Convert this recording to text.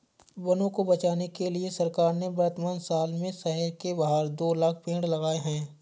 वनों को बचाने के लिए सरकार ने वर्तमान साल में शहर के बाहर दो लाख़ पेड़ लगाए हैं